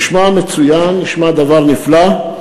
זה נשמע מצוין, נשמע דבר מופלא,